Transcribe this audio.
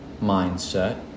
mindset